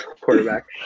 quarterback